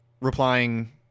replying